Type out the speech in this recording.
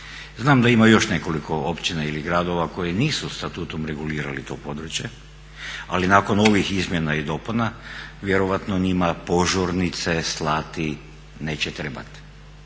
Znam da ima još nekoliko općina ili gradova koji nisu statutom regulirali to područje ali nakon ovih izmjena i dopunama, vjerojatno njima požurnice slati neće trebati.